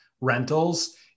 rentals